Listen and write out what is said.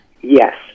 Yes